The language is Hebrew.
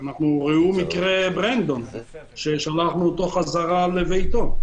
ראו מקרה ברנדון ששלחנו אתו חזרה לביתו.